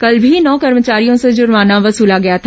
कल भी नौ कर्मचारियों से जर्माना वसला गया था